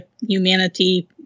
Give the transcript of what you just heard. humanity